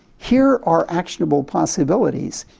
here are actionable possibilities.